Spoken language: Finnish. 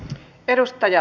arvoisa puhemies